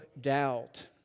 doubt